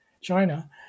China